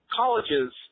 colleges